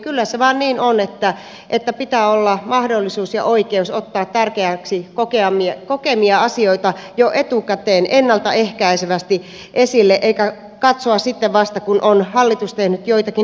kyllä se vaan niin on että pitää olla mahdollisuus ja oikeus ottaa tärkeäksi kokemiaan asioita jo etukäteen ennalta ehkäisevästi esille eikä katsoa sitten vasta kun on hallitus tehnyt joitakin huonoja päätöksiä